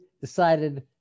decided